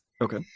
Okay